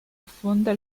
affonda